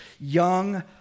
young